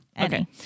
Okay